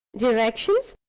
directions?